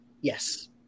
Yes